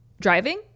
Driving